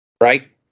Right